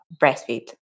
breastfeed